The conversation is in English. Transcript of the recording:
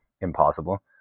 impossible